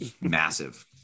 massive